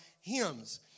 hymns